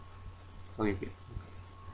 what is it